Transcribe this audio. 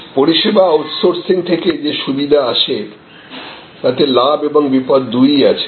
পরিষেবা আউটসোর্সিং থেকে যে সুবিধা আসে তাতে লাভ ও বিপদ দুই ই আছে